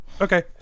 Okay